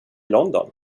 london